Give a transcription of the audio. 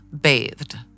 bathed